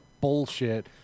bullshit